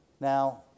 Now